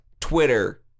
Twitter